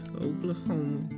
Oklahoma